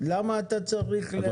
למה אתה צריך את זה?